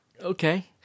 Okay